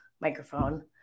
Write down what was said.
microphone